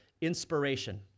inspiration